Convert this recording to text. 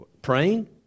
praying